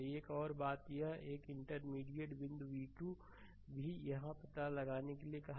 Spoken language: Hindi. एक और बात यह है कि एक इंटरमीडिएट बिंदु v2 भी यह पता लगाने के लिए कहा गया है